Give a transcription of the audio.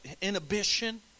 inhibition